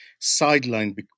sidelined